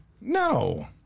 No